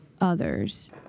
others